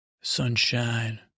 sunshine